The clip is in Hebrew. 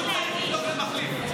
הוא צריך לדאוג למחליף.